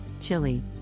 Chile